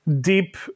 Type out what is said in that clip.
deep